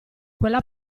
quella